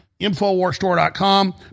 Infowarstore.com